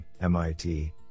MIT